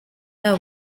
nta